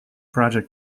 project